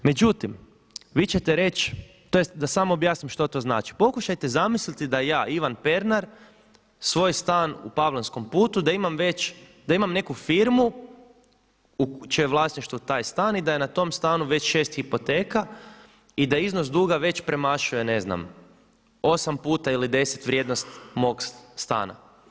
Međutim, vi ćete reći, tj. da samo objasnim što to znači, pokušajte zamisliti da ja Ivan Pernar svoj stan u Pavlanskom putu da ima već, da imam neku firmu u čijem je vlasništvu taj stan i da je na tom stanu već 6 hipoteka i da iznos duga već premašuje ne znam 8 puta ili 10 vrijednost mog stana.